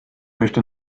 möchte